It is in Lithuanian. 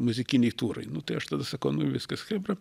muzikiniai turai nu tai aš tada sakau nu viskas chebra